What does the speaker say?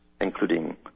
including